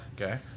Okay